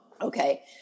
Okay